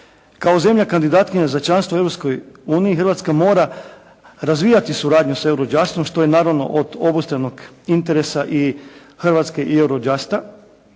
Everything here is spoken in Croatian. Kao zemlja kandidatkinja za članstvo u Europskoj uniji Hrvatska mora razvijati suradnju sa Eurojustom što je naravno od obostranog interesa i Hrvatske i Eurojusta